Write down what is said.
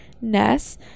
Ness